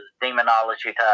demonology-type